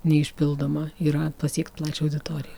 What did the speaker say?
neišpildoma yra pasiekt plačią auditoriją